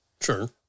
Sure